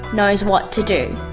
knows what to do.